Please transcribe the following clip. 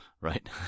right